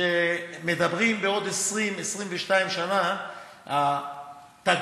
ומדברים שבעוד 20 22 שנה התקבולים,